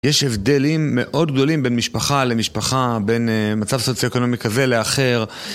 יש הבדלים מאוד גדולים בין משפחה למשפחה, בין מצב סוציו-אקונומי כזה לאחר.